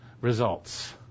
results